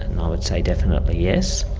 and i would say definitely yes.